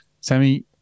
Sammy